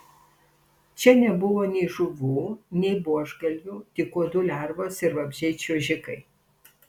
čia nebuvo nei žuvų nei buožgalvių tik uodų lervos ir vabzdžiai čiuožikai